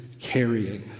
carrying